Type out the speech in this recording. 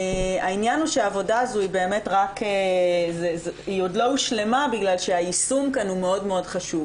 העבודה הזו עוד לא הושלמה בגלל שהיישום כאן חשוב מאוד.